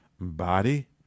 Body